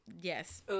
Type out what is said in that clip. yes